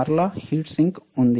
మరలా heat sink ఉంది